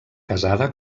casada